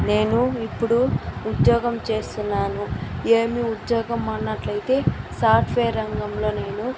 నేను ఇప్పుడు ఉద్యోగం చేస్తున్నాను ఏమి ఉద్యోగం అన్నట్లైతే సాఫ్ట్వేర్ రంగంలో నేను